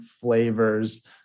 flavors